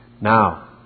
Now